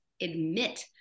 admit